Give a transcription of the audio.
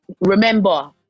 remember